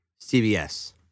CBS